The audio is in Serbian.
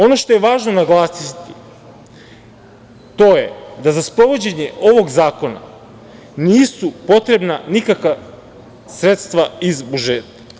Ono što je važno naglasiti, to je da za sprovođenje ovog zakona nisu potrebna nikakva sredstva iz budžeta.